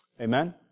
Amen